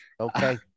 Okay